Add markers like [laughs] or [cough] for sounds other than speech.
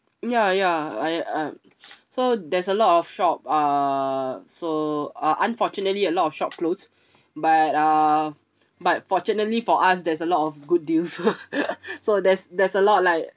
ya ya I I'm [noise] so there's a lot of shop uh so uh unfortunately a lot of shop closed [breath] but uh but fortunately for us there's a lot of good deals [laughs] so there's there's a lot like